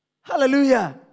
Hallelujah